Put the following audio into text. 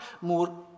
more